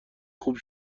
خوب